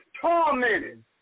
tormented